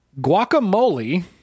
Guacamole